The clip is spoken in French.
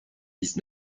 dix